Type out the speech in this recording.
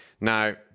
Now